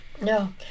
No